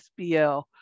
SBL